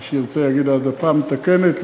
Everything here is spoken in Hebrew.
מי שירצה יגיד העדפה מתקנת,